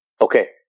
Okay